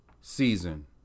season